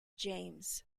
james